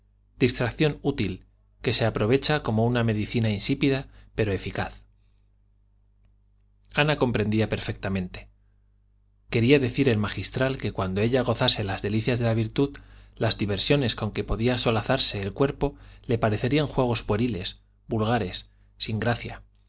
distracción útil que se aprovecha como una medicina insípida pero eficaz ana comprendía perfectamente quería decir el magistral que cuando ella gozase las delicias de la virtud las diversiones con que podía solazarse el cuerpo le parecerían juegos pueriles vulgares sin gracia